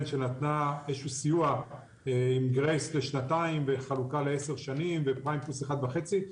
שנתנה סיוע עם גרייס לשנתיים וחלוקה לעשר שנים ופריים פלוס אחד וחצי.